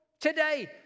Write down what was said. today